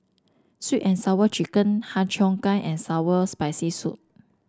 sweet and Sour Chicken Har Cheong Gai and sour Spicy Soup